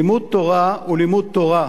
לימוד תורה הוא לימוד תורה,